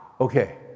Okay